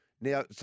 Now